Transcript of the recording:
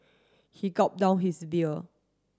he gulp down his beer